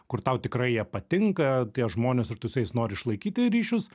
kur tau tikrai jie patinka tie žmonės ir tu su jais nori išlaikyti ryšius